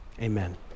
Amen